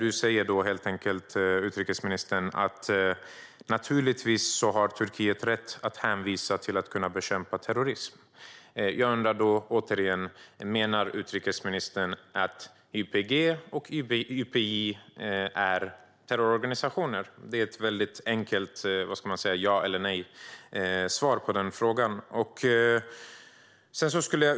Utrikesministern har sagt: Naturligtvis har Turkiet rätt att hänvisa till att bekämpa terrorism. Jag undrar då återigen: Menar utrikesministern att YPG och YPJ är terrororganisationer? Det är väldigt enkelt att svara ja eller nej på den frågan.